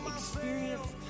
experience